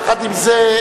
יחד עם זה,